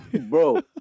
Bro